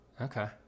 Okay